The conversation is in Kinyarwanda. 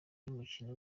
y’umukino